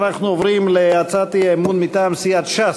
אנחנו עוברים להצעת האי-אמון מטעם סיעת ש"ס: